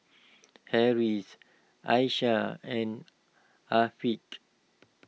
Harris Aisyah and Afiq